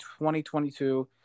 2022